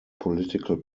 political